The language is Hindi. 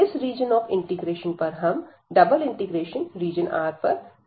इस रीजन ऑफ इंटीग्रेशन पर हम ∬RxyxydA को इंटीग्रेट करेंगे